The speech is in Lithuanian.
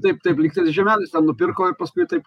taip taip lygtais žiemelis ten nupirko ir paskui taip